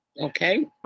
Okay